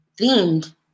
themed